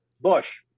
Bush